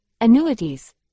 annuities